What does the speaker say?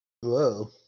Whoa